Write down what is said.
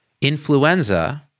Influenza